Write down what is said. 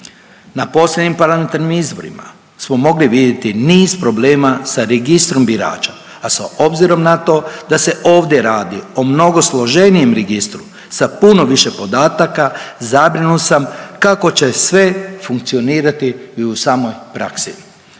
Na posljednjim parlamentarnim izborima smo mogli vidjeti niz problema sa Registrom birača, a s obzirom na to da se ovdje radi o mnogo složenijem registru sa puno više podataka zabrinut sam kako će sve funkcionirati i u samoj praksi.